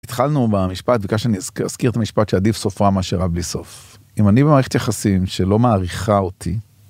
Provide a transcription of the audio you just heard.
התחלנו במשפט, ביקשת שאני אזכיר את המשפט, שעדיף סוף רע מאשר רע בלי סוף. אם אני במערכת יחסים שלא מעריכה אותי...